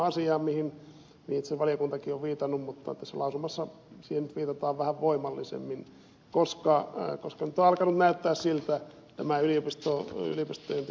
samaan asiaan itse valiokuntakin on viitannut mutta tässä lausumassa siihen nyt viitataan vähän voimallisemmin koska nyt on alkanut näyttää siltä tämä yliopisto on arvosteltu